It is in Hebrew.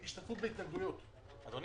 אנחנו צריכים לשמוע על המועדים.